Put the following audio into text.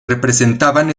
representaban